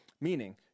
Meaning